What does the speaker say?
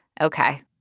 Okay